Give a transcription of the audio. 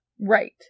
Right